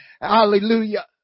Hallelujah